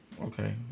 Okay